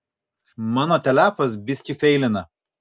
mano telefas biskį feilina